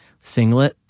singlet